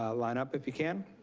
ah line up if you can.